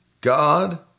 God